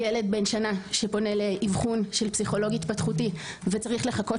ילד בן שנה שפונה לאבחון של פסיכולוג התפתחותי וצריך לחכות